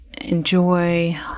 enjoy